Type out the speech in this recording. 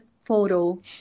Photo